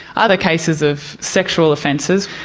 other cases of sexual offences.